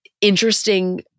interesting